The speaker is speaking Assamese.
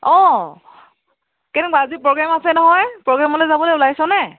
অঁ কেনেকুৱা আজি প্ৰগ্ৰেম আছে নহয় প্ৰগ্ৰেমলৈ যাবলৈ ওলাইছনে